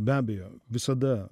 be abejo visada